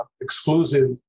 exclusive